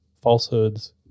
falsehoods